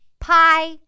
pie